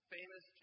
famous